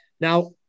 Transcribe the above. Now